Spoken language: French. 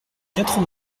quatre